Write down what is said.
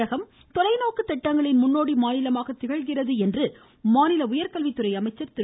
தமிழகம் தொலைநோக்கு திட்டங்களின் முன்னோடி மாநிலமாக திகழ்கிறது என்று மாநில உயர்கல்வித்துறை அமைச்சர் திரு